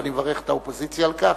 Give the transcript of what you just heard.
ואני מברך את האופוזיציה על כך.